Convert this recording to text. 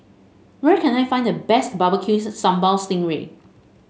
where can I find the best bbq Sambal Sting Ray